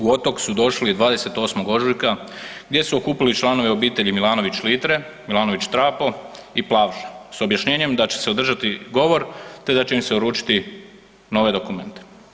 U Otok su došli 28. ožujka gdje su okupili članove obitelji Milanović Litre, Milanović Trapo i Plavša s objašnjenjem da će se održati govor, te da će im se uručiti nove dokumente.